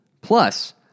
Plus